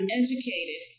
educated